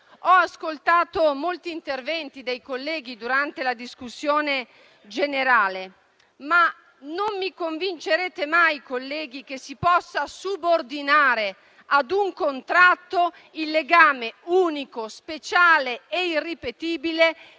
Ho ascoltato molti interventi dei colleghi durante la discussione generale, ma non mi convincerete mai che si possa subordinare ad un contratto il legame unico, speciale e irripetibile